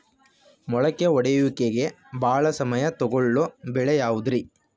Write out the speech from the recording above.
ಮೊಳಕೆ ಒಡೆಯುವಿಕೆಗೆ ಭಾಳ ಸಮಯ ತೊಗೊಳ್ಳೋ ಬೆಳೆ ಯಾವುದ್ರೇ?